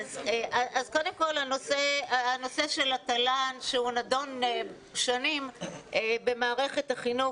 הנושא של התל"ן שנדון שנים במערכת החינוך,